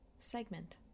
Segment